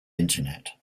internet